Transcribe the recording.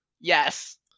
Yes